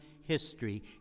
history